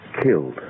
killed